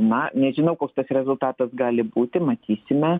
na nežinau koks tas rezultatas gali būti matysime